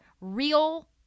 real